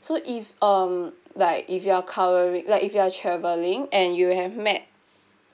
so if um like if you're covering like if you are travelling and you have met